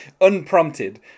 unprompted